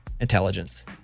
intelligence